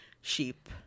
sheep